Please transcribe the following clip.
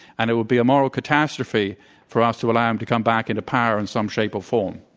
and it would be a moral catastrophe for us to allow him to come back into power in some shape or form.